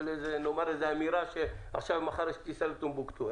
איזו אמירה שמחר יש טיסה לטומבוקטו.